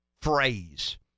phrase